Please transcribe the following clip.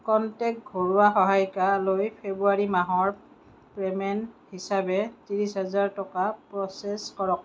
contact ঘৰুৱা সহায়িকা লৈ ফেব্ৰুৱাৰী মাহৰ পে'মেণ্ট হিচাপে ত্ৰিছ হাজাৰ টকা প্ৰ'চেছ কৰক